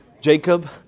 Jacob